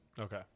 Okay